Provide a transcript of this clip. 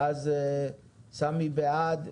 אז סמי בעד,